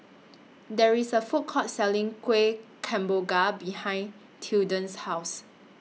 There IS A Food Court Selling Kuih Kemboja behind Tilden's House